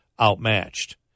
outmatched